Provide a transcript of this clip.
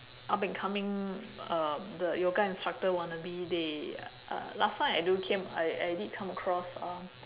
up and coming um the yoga instructor wannabe they uh last time I do came I I did come across um